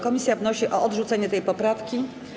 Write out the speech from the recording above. Komisja wnosi o odrzucenie tej poprawki.